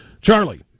Charlie